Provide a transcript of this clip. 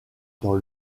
dans